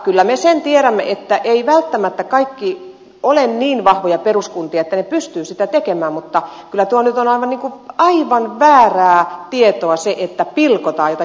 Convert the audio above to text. kyllä me sen tiedämme että eivät välttämättä kaikki ole niin vahvoja peruskuntia että ne pystyvät sitä tekemään mutta kyllä nyt on aivan väärää tietoa se että pilkotaan joitakin palveluja